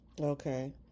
Okay